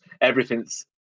everything's